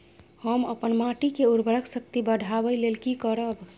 हम अपन माटी के उर्वरक शक्ति बढाबै लेल की करब?